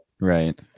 Right